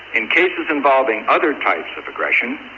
in cases involving other types of aggression,